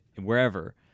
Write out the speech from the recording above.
wherever